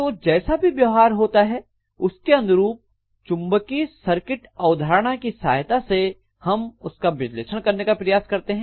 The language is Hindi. तो जैसा भी व्यवहार होता है उसके अनुरूप चुंबकीय सर्किट अवधारणा की सहायता से हम उसका विश्लेषण करने का प्रयास करते हैं